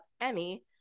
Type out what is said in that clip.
Emmy